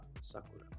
sakura